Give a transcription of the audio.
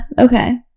okay